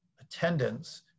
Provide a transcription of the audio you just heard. attendance